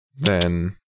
then-